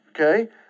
okay